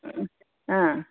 ಹಾಂ